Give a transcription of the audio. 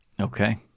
Okay